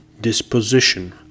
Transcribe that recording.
Disposition